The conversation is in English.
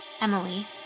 Emily